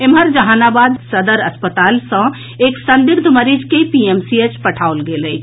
एम्हर जहानाबाद सदर अस्पताल सँ एक संदिग्ध मरीज के पीएमसीएच पठाओल गेल अछि